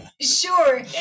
Sure